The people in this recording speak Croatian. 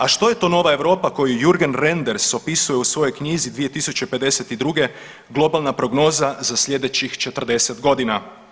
A što je to nova Europa koju Jurgen Renders opisuje u svojoj knjizi 2052. globalna prognoza za sljedećih 40 godina.